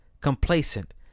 complacent